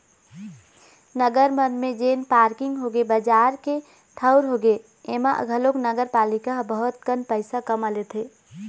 नगर मन म जेन पारकिंग होगे, बजार के ठऊर होगे, ऐमा घलोक नगरपालिका ह बहुत कन पइसा कमा लेथे